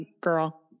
Girl